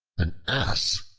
an ass,